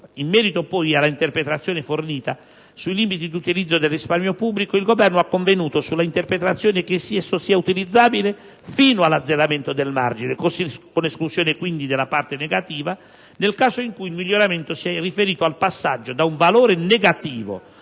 In merito poi alla interpretazione fornita sui limiti di utilizzo del risparmio pubblico, il Governo ha convenuto sulla interpretazione che esso sia utilizzabile fino all'azzeramento del margine, con esclusione quindi della parte negativa, nel caso in cui il miglioramento sia riferito al passaggio da un valore negativo